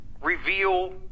reveal